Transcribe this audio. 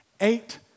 eight